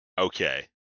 okay